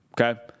Okay